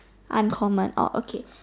uncommon orh okay